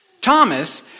Thomas